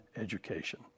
education